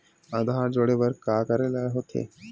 आधार जोड़े बर का करे ला होथे?